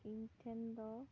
ᱤᱧ ᱴᱷᱮᱱ ᱫᱚ